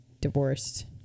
divorced